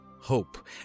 Hope